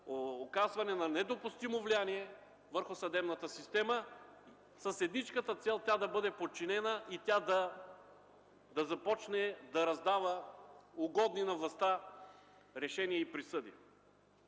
оказване на недопустимо влияние върху съдебната система с едничката цел тя да бъде подчинена и да започне да раздава угодни на властта решения и присъди.